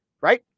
right